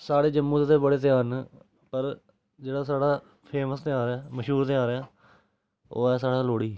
साढ़ै जम्मू ते बड़े ध्यार न पर जेह्ड़ा साढ़ा फेमस ध्यार ऐ मश्हूर ध्यार ऐ ओह् ऐ साढ़ा लोह्ड़ी